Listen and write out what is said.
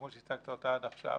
וכמו שהצגת אותה עד עכשיו,